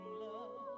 love